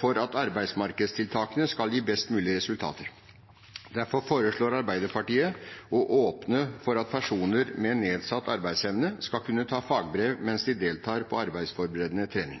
for at arbeidsmarkedstiltakene skal gi best mulige resultater. Derfor foreslår Arbeiderpartiet å åpne for at personer med nedsatt arbeidsevne skal kunne ta fagbrev mens de deltar på Arbeidsforberedende trening.